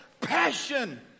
passion